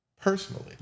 personally